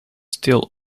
still